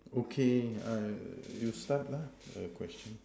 okay uh you start lah the question